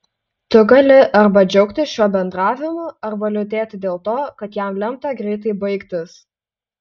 tu gali arba džiaugtis šiuo bendravimu arba liūdėti dėl to kad jam lemta greitai baigtis